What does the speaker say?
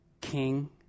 King